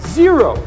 zero